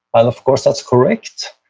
um of course that's correct,